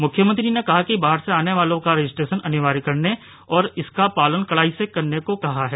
मुख्यमंत्री ने कहा कि बाहर से आने वालों का रजिस्ट्रेशन अनिवार्य करने और इसका पालन कड़ाई से करने को कहा है